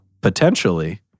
potentially